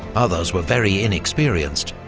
others were very inexperienced,